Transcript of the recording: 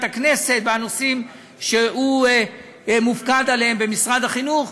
הכנסת בנושאים שהוא מופקד עליהם במשרד החינוך,